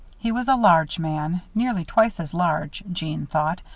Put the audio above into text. he was a large man nearly twice as large, jeanne thought,